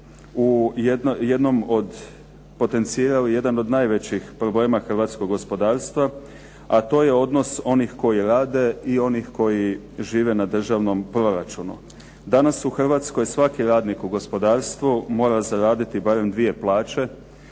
u jednom od, potencijal jedan od najvećih problema hrvatskog gospodarstva, a to je odnos onih koji rade i onih koji žive na državnom proračunu. Danas u Hrvatskoj svaki radnik u gospodarstvu mora zaraditi barem dvije plaće